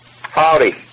howdy